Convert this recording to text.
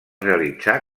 realitzà